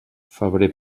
febrer